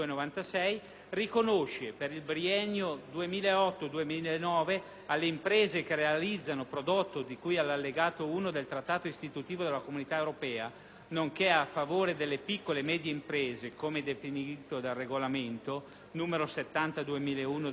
riconosce, per il biennio 2008-2009, alle imprese che realizzano prodotti di cui allegato I del Trattato istitutivo della Comunità europea, nonché a favore delle piccole e medie imprese - come definite dal regolamento n. 70/2001 della Commissione,